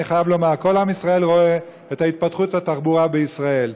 אני חייב לומר: כל עם ישראל רואה את התפתחות התחבורה בישראל.